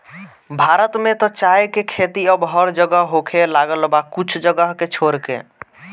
भारत में त चाय के खेती अब हर जगह होखे लागल बा कुछ जगह के छोड़ के